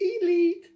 elite